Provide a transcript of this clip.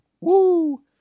Woo